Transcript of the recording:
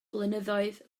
blynyddoedd